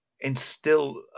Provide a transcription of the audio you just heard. instill